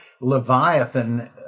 Leviathan